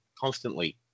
Constantly